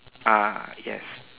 ah yes